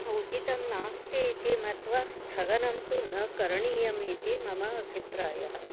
उचितं नास्ति इति मत्वा स्थगनं तु न करणीयम् इति मम अभिप्रायः